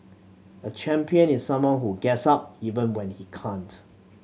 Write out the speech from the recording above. a champion is someone who gets up even when he can't